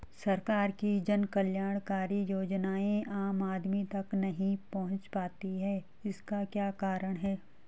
सरकार की जन कल्याणकारी योजनाएँ आम आदमी तक नहीं पहुंच पाती हैं इसका क्या कारण है?